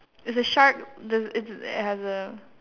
is the sharp there's is a it has a